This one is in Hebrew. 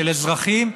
של אזרחים,